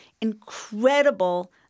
incredible